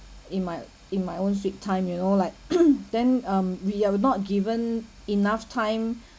in my in my own sweet time you know like then um we are not given enough time